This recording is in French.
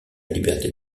liberté